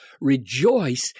Rejoice